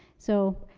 so,